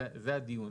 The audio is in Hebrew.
זה הדיון.